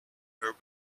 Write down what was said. her